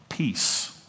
Peace